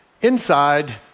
Inside